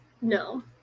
No